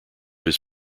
his